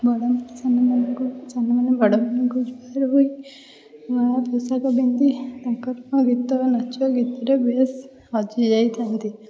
ବଡ଼ମାନେ ସାନମାନଙ୍କୁ ସାନମାନେ ବଡ଼ମାନଙ୍କୁ ଜୁହାର ହୋଇ ନୂଆ ପୋଷାକ ପିନ୍ଧି ତାଙ୍କର ଗୀତ ନାଚ ନାଚ ଗୀତରେ ବେସ୍ ହଜିଯାଇଥାନ୍ତି